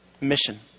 mission